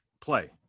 play